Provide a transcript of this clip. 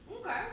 Okay